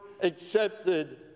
accepted